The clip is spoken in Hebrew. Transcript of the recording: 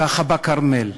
ככה בכרמל,